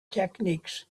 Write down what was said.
techniques